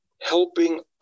helping